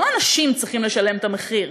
לא האנשים צריכים לשלם את המחיר.